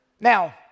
Now